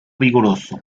vigoroso